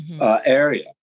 area